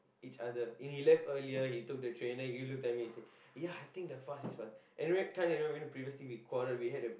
each other and he left earlier he took the train and then he look at me and say ya I think the bus is faster anyway can't remember you know the previous thing we quarreled we